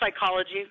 psychology